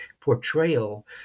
portrayal